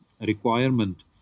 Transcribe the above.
requirement